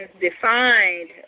defined